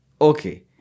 Okay